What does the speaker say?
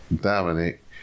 Dominic